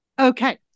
Okay